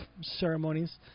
ceremonies